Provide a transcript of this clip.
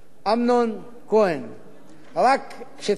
תפרט לי יותר בבקשה על מצבם של הגמלאים,